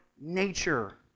nature